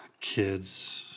kids